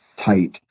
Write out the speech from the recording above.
tight